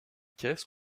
caisse